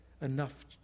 enough